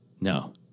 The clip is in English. No